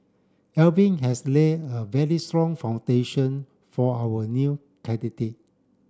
Alvin has laid a very strong foundation for our new candidate